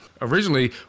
Originally